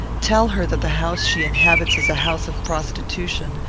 tell her that the house she inhabits is a house of prostitution,